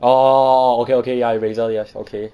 orh orh orh okay okay ya Razer ya yes okay